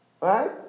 Right